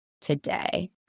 today